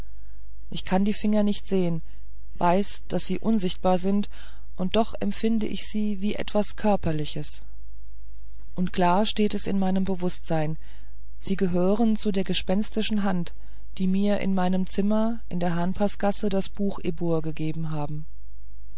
ich kann die finger nicht sehen weiß daß sie unsichtbar sind und doch empfinde ich sie wie etwas körperliches und klar steht es in meinem bewußtsein sie gehören zu der gespenstischen hand die mir in meinem zimmer in der hahnpaßgasse das buch ibbur gegeben haben